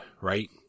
Right